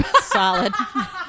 Solid